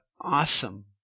awesome